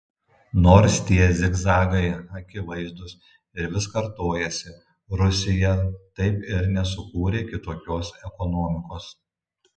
nors tie zigzagai akivaizdūs ir vis kartojasi rusija taip ir nesukūrė kitokios ekonomikos